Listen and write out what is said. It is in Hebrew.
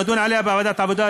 ונדון עליה בוועדת העבודה,